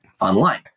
online